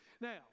Now